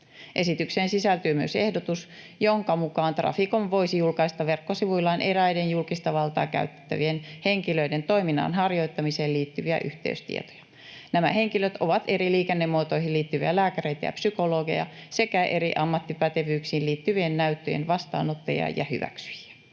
Esitykseen sisältyy myös ehdotus, jonka mukaan Traficom voisi julkaista verkkosivuillaan eräiden julkista valtaa käyttävien henkilöiden toiminnan harjoittamiseen liittyviä yhteystietoja. Nämä henkilöt ovat eri liikennemuotoihin liittyviä lääkäreitä ja psykologeja sekä eri ammattipätevyyksiin liittyvien näyttöjen vastaanottajia ja hyväksyjiä.